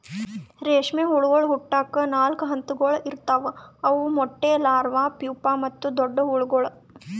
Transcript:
ರೇಷ್ಮೆ ಹುಳಗೊಳ್ ಹುಟ್ಟುಕ್ ನಾಲ್ಕು ಹಂತಗೊಳ್ ಇರ್ತಾವ್ ಅವು ಮೊಟ್ಟೆ, ಲಾರ್ವಾ, ಪೂಪಾ ಮತ್ತ ದೊಡ್ಡ ಹುಳಗೊಳ್